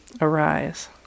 arise